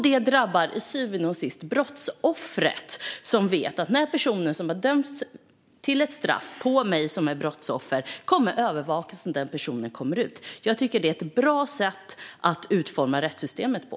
Detta drabbar till syvende och sist brottsoffret. Ett brottsoffer ska kunna veta att den person som tilldömts ett straff för brottet kommer att övervakas när den kommer ut. Det är ett bra sätt att utforma rättssystemet på.